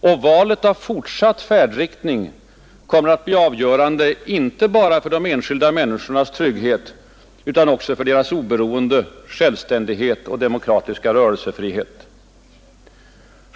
Och valet av fortsatt färdriktning kommer att bli avgörande inte bara för de enskilda människornas trygghet utan också för deras oberoende, självständighet och demokratiska rörelsefrihet.